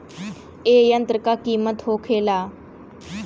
ए यंत्र का कीमत का होखेला?